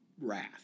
wrath